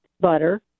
butter